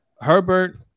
Herbert